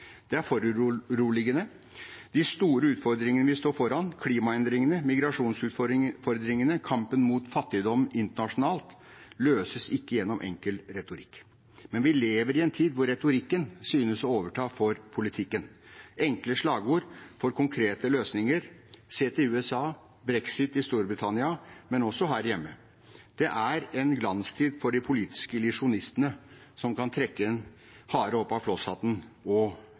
Det er foruroligende. De store utfordringene vi står foran – klimaendringene, migrasjonsutfordringene, kampen mot fattigdom internasjonalt – løses ikke gjennom enkel retorikk. Men vi lever i en tid hvor retorikken synes å ta over for politikken – enkle slagord for konkrete løsninger. Se til USA eller brexit i Storbritannia, og også her hjemme. Det er glanstid for de politiske illusjonistene, som kan trekke en hare opp av